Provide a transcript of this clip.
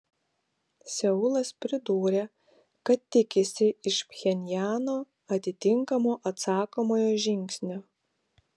seulas pridūrė kad tikisi iš pchenjano atitinkamo atsakomojo žingsnio